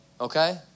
okay